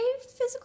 physical